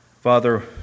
Father